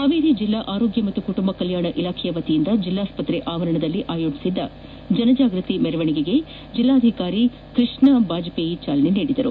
ಹಾವೇರಿ ಜಿಲ್ಲಾ ಆರೋಗ್ಯ ಮತ್ತು ಕುಟುಂಬ ಕಲ್ಕಾಣ ಇಲಾಖೆ ವತಿಯಿಂದ ಜಿಲ್ಲಾಸ್ಟತ್ರೆ ಆವರಣದಲ್ಲಿ ಆಯೋಜಿಸಿದ್ದ ಜನಜಾಗೃತಿ ಮೆರವಣಿಗೆಗೆ ಜಿಲ್ಲಾಧಿಕಾರಿ ಕೃಷ್ಣ ಭಾಜಪೇಯಿ ಚಾಲನೆ ನೀಡಿದರು